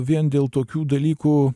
vien dėl tokių dalykų